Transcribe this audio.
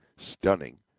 Stunning